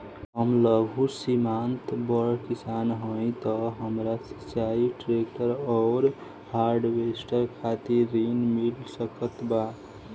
हम लघु सीमांत बड़ किसान हईं त हमरा सिंचाई ट्रेक्टर और हार्वेस्टर खातिर ऋण मिल सकेला का?